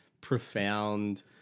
profound